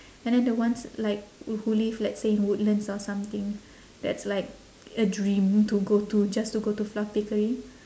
and then the ones like who live let's say in woodlands or something that's like a dream to go to just to go to fluff bakery